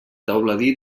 teuladí